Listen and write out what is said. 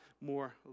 more